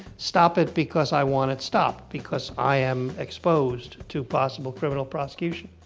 stop it because i want it stopped. because i am exposed to possible criminal prosecution.